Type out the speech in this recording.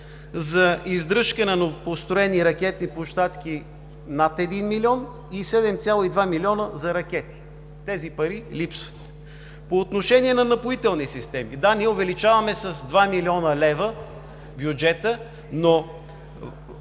за издръжка на новопостроени ракетни площадки – над 1 млн. лв., и 7,2 млн. за ракети. Тези пари липсват! По отношение на „Напоителни системи“. Да, ние увеличаваме с 2 млн. лв. бюджета, но